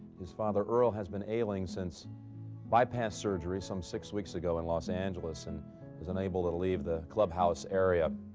his father earl has been ailing since bypass surgery some six weeks ago in los angeles. and was unable to leave the club house area.